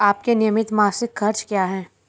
आपके नियमित मासिक खर्च क्या हैं?